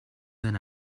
than